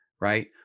right